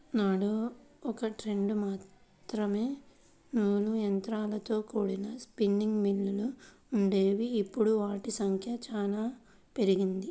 నాడు ఒకట్రెండు మాత్రమే నూలు యంత్రాలతో కూడిన స్పిన్నింగ్ మిల్లులు వుండేవి, ఇప్పుడు వాటి సంఖ్య చానా పెరిగింది